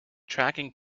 tracking